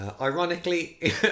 Ironically